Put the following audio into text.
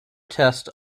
test